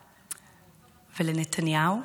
ולנתניהו,